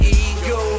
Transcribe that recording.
ego